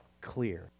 clear